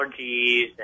allergies